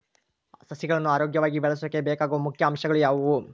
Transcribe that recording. ಸಸಿಗಳನ್ನು ಆರೋಗ್ಯವಾಗಿ ಬೆಳಸೊಕೆ ಬೇಕಾಗುವ ಮುಖ್ಯ ಅಂಶಗಳು ಯಾವವು?